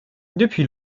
depuis